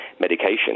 medication